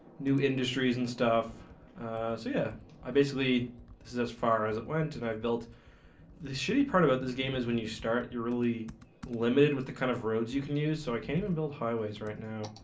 new industries and stuff so yeah i basically this is as far as it went and i've built this shitty part about this game is when you start you're really limited with the kind of roads you can use so i can't even build highways right now